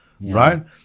right